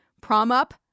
prom-up